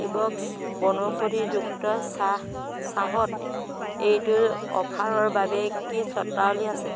T box বনৌষধিযুক্ত চাহ চাহত এইটো অফাৰৰ বাবে কি চৰ্তাৱলী আছে